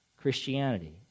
Christianity